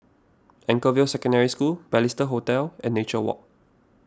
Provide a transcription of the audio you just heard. Anchorvale Secondary School Balestier Hotel and Nature Walk